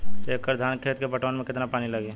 एक एकड़ धान के खेत के पटवन मे कितना पानी लागि?